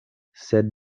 sed